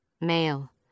male